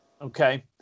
Okay